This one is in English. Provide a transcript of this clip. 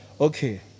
okay